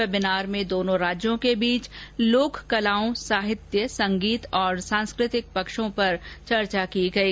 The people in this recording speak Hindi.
वेबिनार में दोनों राज्यों के बीच लोक कलाओं साहित्य संगीत और सांस्कृतिक पक्षों पर चर्चा की गई